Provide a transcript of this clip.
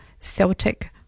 Celtic